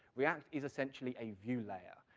react is essentially a view layer.